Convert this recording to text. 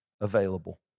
available